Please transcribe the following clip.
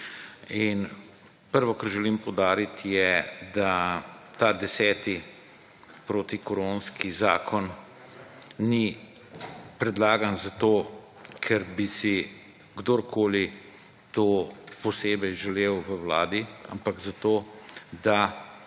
In prvo, kar želim poudarit, je, da ta 10. protikoronski zakon ni predlagan zato, ker bi si kdorkoli to posebej želel v vladi, ampak zato, da